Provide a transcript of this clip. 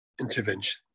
intervention